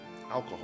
alcohol